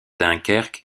dunkerque